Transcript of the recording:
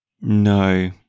No